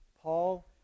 Paul